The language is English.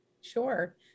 sure